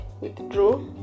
Withdraw